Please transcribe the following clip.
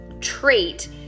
trait